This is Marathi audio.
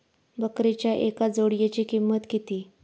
बकरीच्या एका जोडयेची किंमत किती?